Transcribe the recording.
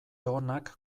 onak